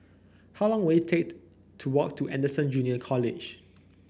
how long will it take to walk to Anderson Junior College